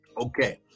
Okay